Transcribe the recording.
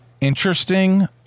interesting